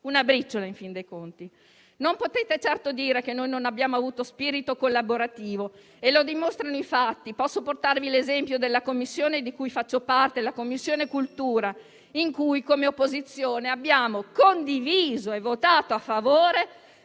una briciola in fin dei conti. Non potete certo dire che noi non abbiamo avuto spirito collaborativo e lo dimostrano i fatti. Posso portarvi l'esempio della Commissione di cui faccio parte, la Commissione cultura, in cui come opposizione abbiamo condiviso e votato a favore